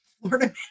Florida